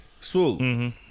Swoop